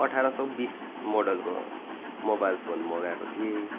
अठार सौ बिस मोडलको मोबाइल फोन मगाएको थिएँ